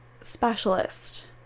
specialist